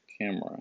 Camera